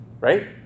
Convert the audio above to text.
right